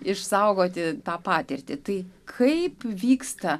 išsaugoti tą patirtį tai kaip vyksta